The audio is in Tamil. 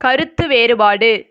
கருத்து வேறுபாடு